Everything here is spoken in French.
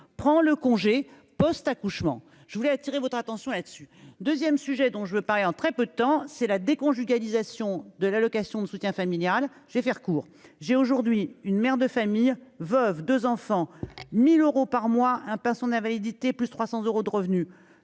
prend le congé post-accouchement je voulais attirer votre attention là-dessus 2ème sujet dont je veux paraît en très peu de temps, c'est la déconjugalisation de l'allocation de soutien familial, je vais faire court, j'ai aujourd'hui une mère de famille veufs 2 enfants mille euros par mois, hein, pas son invalidité plus 300 euros de revenus